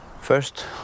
First